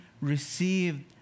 received